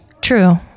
True